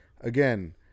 again